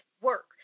work